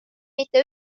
mitte